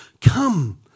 Come